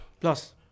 Plus